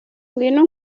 ngwino